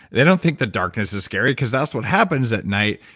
they don't think the darkness is scary, because that's what happens at night.